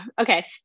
okay